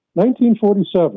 1947